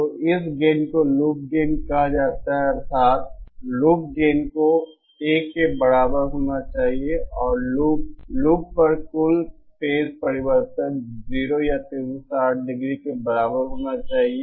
तो इस गेन को लूप गेन कहा जाता है अर्थात लूप गेन को 1 के बराबर होना चाहिए और लूप लूप पर कुल फेज परिवर्तन 0 या 360 डिग्री के बराबर होना चाहिए